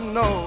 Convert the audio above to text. no